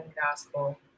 gospel